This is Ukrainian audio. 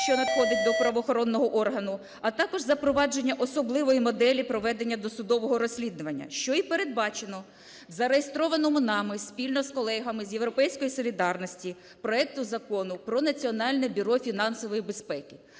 що надходить до правоохоронного органу, а також запровадження особливої моделі проведення досудового розслідування, що і передбачено в зареєстрованому нами спільно з колегами з "Європейської солідарності" проекту Закону про Національне бюро фінансової безпеки.